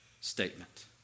statement